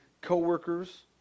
Co-workers